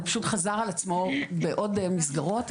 זה פשוט חזר על עצמו בעוד מסגרות,